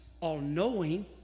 all-knowing